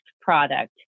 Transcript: product